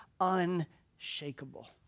unshakable